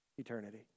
Eternity